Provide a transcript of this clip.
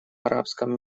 арабском